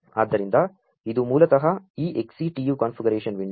ಆದ್ದರಿಂ ದ ಇದು ಮೂ ಲತಃ ಈ XCTU ಕಾ ನ್ಫಿಗರೇ ಶನ್ ವಿಂ ಡೋ